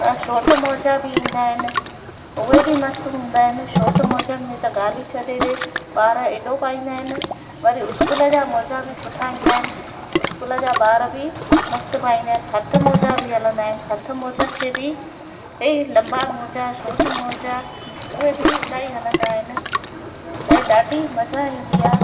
ऐं शॉट मोज़ा बि ईंदा आहिनि उहे बि मस्तु हूंदा आहिनि शॉट मोज़नि में त ॻाल्हि ई छॾे ॾिए ॿार एॾो पाईंदा आहिनि वरी स्कूल जा मोज़ा बि सुठा ईंदा आहिनि स्कूल जा ॿार बि मस्तु पाईंदा आहिनि हथ मोज़ा बि हलंदा आहिनि हथ मोज़नि खे बि इहे लंबा मोज़ा शॉट मोज़ा उहे बि इलाही हलंदा आहिनि ऐं ॾाढी मज़ा ईंदी आहे